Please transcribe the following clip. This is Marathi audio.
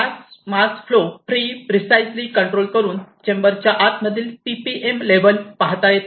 gas mass flow free precisely control करून चेंबरच्या आत मधील PPM लेवल पाहता येते